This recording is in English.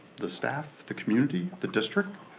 the staff, the community, the district.